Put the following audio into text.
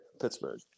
Pittsburgh